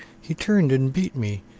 he turned and beat me,